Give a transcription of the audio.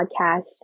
podcast